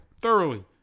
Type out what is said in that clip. thoroughly